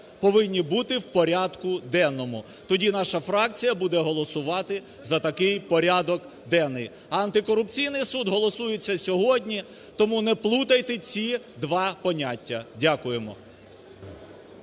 повинні бути в порядку денному. Тоді наша фракція буде голосувати за такий порядок денний. А антикорупційний суд голосується сьогодні, тому не плутайте ці два поняття. Дякуємо.